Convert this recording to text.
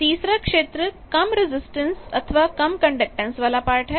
तीसरा क्षेत्र कम रजिस्टेंस अथवा कम कंडक्टैंस वाला पार्ट है